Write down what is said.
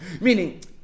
Meaning